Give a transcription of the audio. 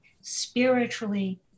spiritually